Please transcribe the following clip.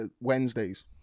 Wednesdays